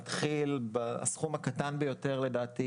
הסכום הקטן ביותר לדעתי,